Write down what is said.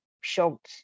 shocked